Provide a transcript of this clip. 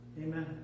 amen